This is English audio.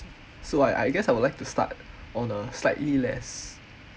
so I I guess I would like to start on a slightly less